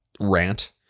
rant